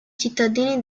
cittadini